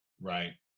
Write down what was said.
Right